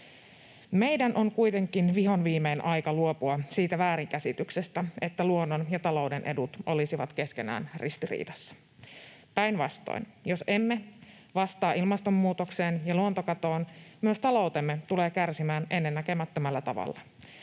Meidän on kuitenkin vihoviimein aika luopua siitä väärinkäsityksestä, että luonnon ja talouden edut olisivat keskenään ristiriidassa. Päinvastoin — jos emme vastaa ilmastonmuutokseen ja luontokatoon, myös taloutemme tulee kärsimään ennennäkemättömällä tavalla.